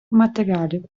матеріалів